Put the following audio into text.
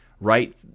right